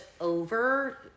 over